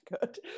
good